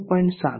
7 થી 0